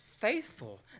faithful